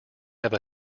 have